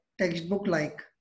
textbook-like